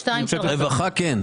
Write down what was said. רווחה כן.